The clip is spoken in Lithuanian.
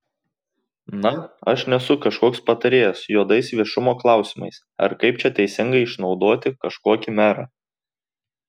na aš nesu kažkoks patarėjas juodais viešumo klausimais ar kaip čia teisingai išnaudoti kažkokį merą